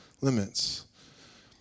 limits